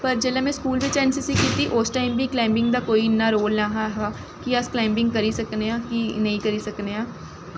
पर जिसलै में स्कूल बिच्च ऐन्न सी सी कीती उसलै अस टाईम बी कलाईंबिंग दा कोई इन्ना रोल नेईं हा कि अस कलाईंबिंग करी सकने आं कि नेईं करी सकने आं